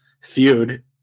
feud